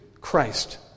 Christ